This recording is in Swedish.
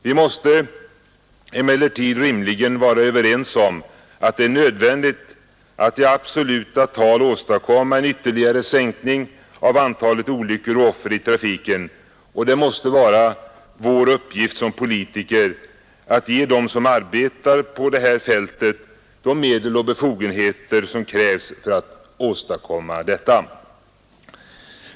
Vi måste emellertid rimligen vara överens om att det är nödvändigt att i absoluta tal åstadkomma en ytterligare sänkning av antalet olyckor och offer i trafiken, och det måste vara vår uppgift som politiker att ge dem som arbetar på det här fältet de medel och befogenheter som krävs för detta.